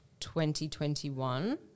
2021